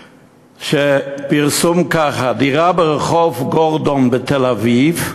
פרסום כזה: דירה ברחוב גורדון בתל-אביב,